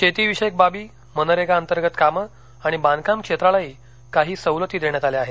शेतीविषयक बाबी मनरेगा अंतर्गत कामं आणि बांधकाम क्षेत्रालाही काही सवलती देण्यात आल्या आहेत